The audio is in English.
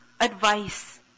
advice